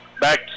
Back